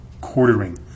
quartering